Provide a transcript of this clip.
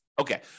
Okay